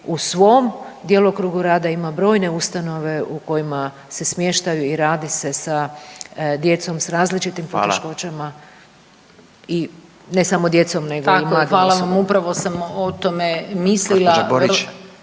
u svom djelokrugu rada ima brojne ustanove u kojima se smještaju i radi se sa djecom sa različitim poteškoćama …/Upadica: Hvala./… i ne samo djecom nego i mladim osobama. **Borić, Rada (NL)** Tako, hvala vam upravo sam o tome mislila …